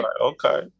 okay